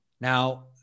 Now